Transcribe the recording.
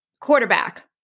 quarterback